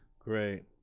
great,